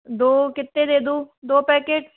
दो कितने दे दूँ दो पैकेट